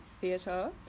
theatre